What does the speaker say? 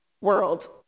world